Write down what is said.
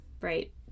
right